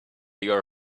your